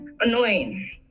annoying